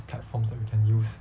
platforms that we can use